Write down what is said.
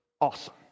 awesome